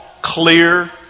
clear